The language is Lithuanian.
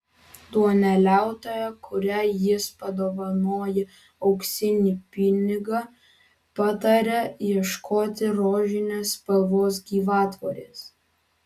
duoneliautoja kuriai jis padovanoja auksinį pinigą pataria ieškoti rožinės spalvos gyvatvorės